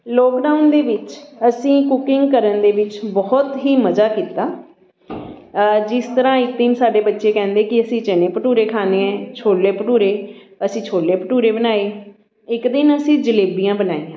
lockdown ਦੇ ਵਿੱਚ ਅਸੀਂ ਕੁਕਿੰਗ ਕਰਨ ਦੇ ਵਿੱਚ ਬਹੁਤ ਹੀ ਮਜ਼ਾ ਕੀਤਾ ਜਿਸ ਤਰ੍ਹਾਂ ਇੱਕ ਦਿਨ ਸਾਡੇ ਬੱਚੇ ਕਹਿੰਦੇ ਕਿ ਅਸੀਂ ਚਨੇ ਭਟੂਰੇ ਖਾਣੇ ਹੈ ਛੋਲੇ ਭਟੂਰੇ ਅਸੀਂ ਛੋਲੇ ਭਟੂਰੇ ਬਣਾਏ ਇੱਕ ਦਿਨ ਅਸੀਂ ਜਲੇਬੀਆਂ ਬਣਾਈਆਂ